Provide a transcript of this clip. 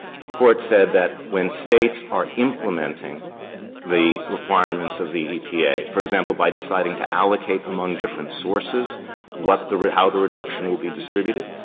the court said that when states are implementing the requirements of the epa, for example, by deciding to allocate among different sources what the how the reduction would be distributed,